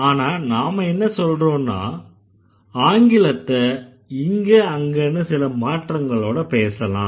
ஆனா நாம என்ன சொல்றோம்னா ஆங்கிலத்த இங்க அங்கன்னு சில மாற்றங்களோட பேசலாம்